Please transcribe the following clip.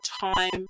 time